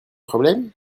problème